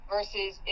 Versus